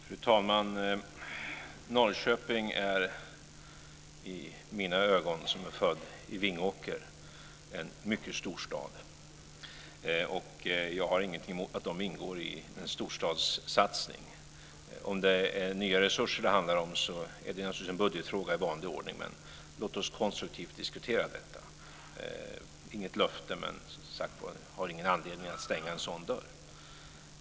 Fru talman! Norrköping är i mina ögon - jag är född i Vingåker - en mycket stor stad. Jag har ingenting emot att den ingår i en storstadssatsning. Om det är nya resurser det handlar om är det naturligtvis en budgetfråga i vanlig ordning, men låt oss konstruktivt diskutera detta. Det är inget löfte, men jag har som sagt ingen anledning att stänga en sådan dörr.